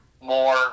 more